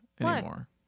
anymore